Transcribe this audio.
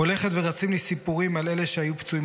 / הולכת ורצים לי סיפורים על אלה שהיו פצועים